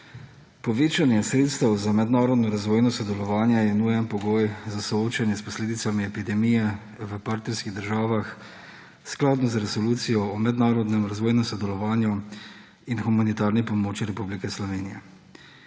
Povečanje sredstev za mednarodno razvojno sodelovanje je nujen pogoj za soočanje s posledicami epidemije v partnerskih državah, skladno z Resolucijo o mednarodnem razvojnem sodelovanju in humanitarni pomoči Republike Slovenije.